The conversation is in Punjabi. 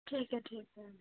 ਠੀਕ ਹੈ ਠੀਕ ਹੈ